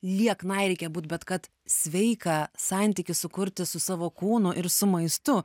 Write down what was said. lieknai reikia būt bet kad sveiką santykį sukurti su savo kūnu ir su maistu